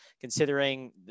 considering